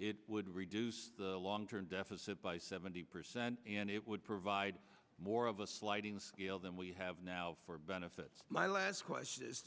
it would reduce the long term deficit by seventy percent and it would provide more of a sliding scale than we have now for benefits my last question is